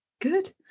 good